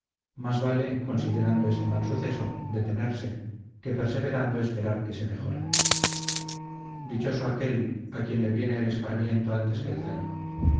mas vale considerando este mal suceso detenerse que perseverando esperar que se mejore dichoso aquel a quien le viene el escarmiento antes que el daño